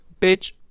bitch